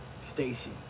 station